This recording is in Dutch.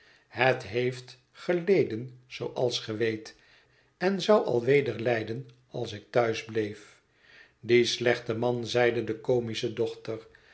het heeft geleden zooals ge weet en zou alweder lijden als ik thuis bleef die slechte man zeide de comische dochter